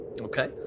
Okay